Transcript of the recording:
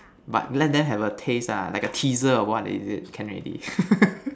but let them have a taste ah like a teaser of what is it can already